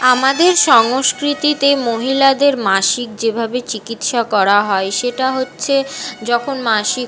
আমাদের সংস্কৃতিতে মহিলাদের মাসিক যে ভাবে চিকিৎসা করা হয় সেটা হচ্ছে যখন মাসিক